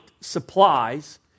supplies